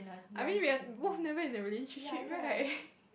I mean we are both never in a relationship right